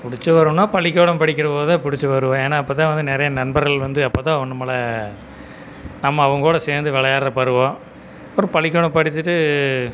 பிடிச்ச பருவம்னா பள்ளிக்கூடம் படிக்கிறபோதுதான் பிடிச்சு வருவேன் ஏன்னா அப்போ தான் நிறைய நண்பர்கள் வந்து அப்போ தான் ஒன்னும் போல் நம்ம அவங்ககூட சேர்ந்து விளையாட்ற பருவம் அப்புறம் பள்ளிக்கூடம் படிச்சிவிட்டு